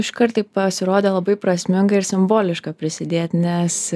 iškart taip pasirodė labai prasminga ir simboliška prisidėt nes